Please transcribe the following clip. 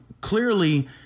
clearly